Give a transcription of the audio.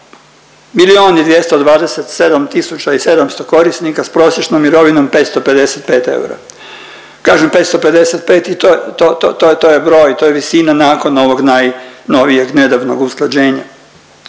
tisuća i 700 korisnika s prosječnom mirovinom 555 eura. Kažem 555 i to je broj, to je visina nakon ovog najnovijeg nedavnog usklađenja.